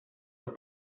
with